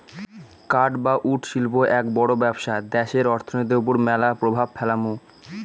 কাঠ বা উড শিল্প এক বড় ব্যবসা দ্যাশের অর্থনীতির ওপর ম্যালা প্রভাব ফেলামু